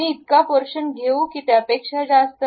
मी इतका पोर्शन घेऊ की त्यापेक्षा जास्त